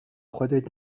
خودت